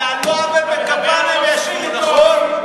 על לא עוול בכפם הם ישבו, נכון?